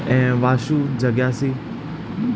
ऐं वाशू जगियासी